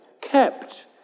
kept